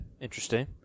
interesting